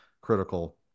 critical